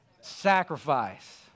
sacrifice